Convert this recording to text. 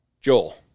Joel